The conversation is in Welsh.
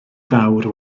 fawr